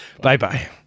Bye-bye